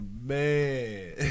man